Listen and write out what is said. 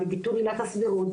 וביטול עילת הסבירות,